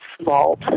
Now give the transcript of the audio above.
vault